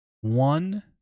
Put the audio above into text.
One